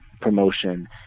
promotion